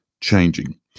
Changing